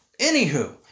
Anywho